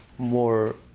more